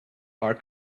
are